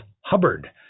Hubbard